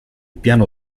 piano